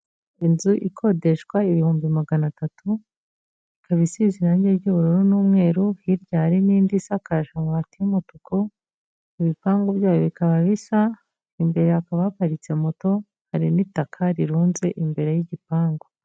Inzu ikodeshwa ibihumbi magana atatu, ikaba isize irange ry'ubururu n'umweru, hirya hari n'indi isakaje amabati y'umutuku, ibipangu byayo bikaba bisa, imbere hakaba haparitse moto hari n'itaka rirunze imbere y'igipangu.